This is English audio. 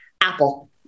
Apple